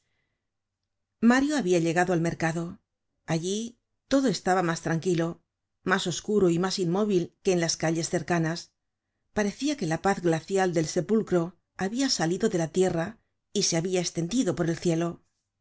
mario habia llegado al mercado allí todo estaba mas tranquilo mas oscuro y mas inmóvil que en las calles cercanas parecía que la paz glacial del sepulcro habia salido de la tierra y se habia estendido por el cielo